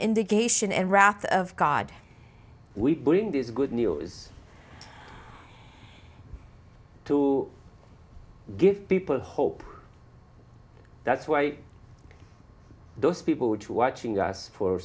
nation and wrath of god we bring this good news to give people hope that's why those people which watching us for